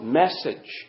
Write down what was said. message